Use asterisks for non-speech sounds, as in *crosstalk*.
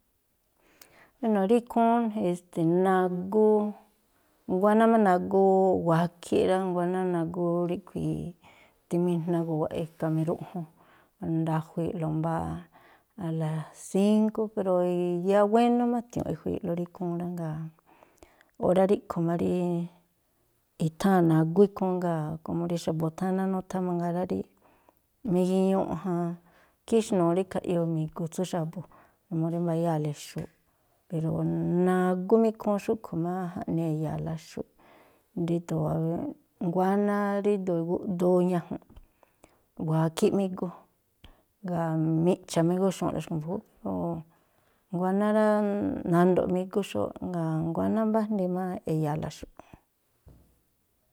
Wéno̱ rí ikhúún e̱ste̱ nagú, nguáná má nagú wakhíꞌ rá, nguáná nagú ríꞌkhui̱ timijnagu̱wa̱ꞌ e̱ka̱ miruꞌjun, ndajui̱i̱ꞌlo mbáá a la sínkú, pero yáá wénú má a̱tiu̱nꞌ ejui̱i̱ꞌlo rí ikhúún rá. Jngáa̱ órá ríꞌkhui̱ má rí i̱tháa̱n nagú ikhúún. Jngáa̱ komo rí xa̱bu̱ thana nutha mangaa rá rí migiñuꞌ *hesitation* khíxnuu rí khaꞌyoo mi̱gu tsú xa̱bu̱, numuu rí mbayáa̱le xu̱u̱ꞌ, pero nagú má ikhúún xúꞌkhui̱ má jaꞌnii e̱ya̱a̱la xu̱ꞌ ríndo̱o nguáná ríndo̱o igúꞌdoo ñajunꞌ. Wakhíꞌ má igú jngáa̱ miꞌcha̱ má igúxu̱u̱ꞌlo xkui̱ mbu̱júúꞌ. O̱ nguáná rá, po nando̱ꞌ má ígú xóóꞌ jngáa̱ nguáná mbájndi má e̱ya̱a̱la xu̱ꞌ.